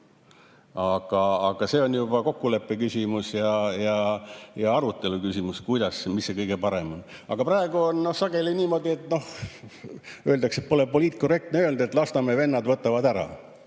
Aga see on juba kokkuleppe küsimus ja arutelu küsimus, kuidas ja mis on kõige parem. Aga praegu on sageli niimoodi – ehkki öeldakse, et pole poliitkorrektne nii öelda –, et Lasnamäe vennad võtavad ära.